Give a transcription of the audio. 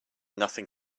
nothing